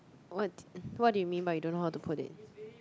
what what do you mean by you don't know how to collate